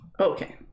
Okay